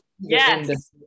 yes